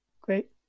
Great